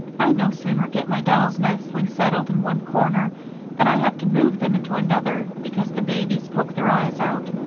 i no sooner get my dolls nicely settled in one corner than i have to move them into another, because the babies poke their eyes out.